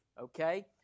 okay